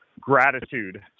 gratitude